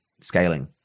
scaling